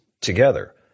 together